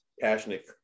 passionate